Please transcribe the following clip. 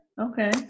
Okay